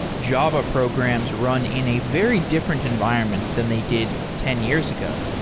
java programs run in a very different environment than they did ten years ago.